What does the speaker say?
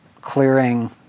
clearing